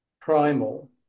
primal